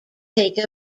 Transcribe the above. take